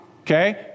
Okay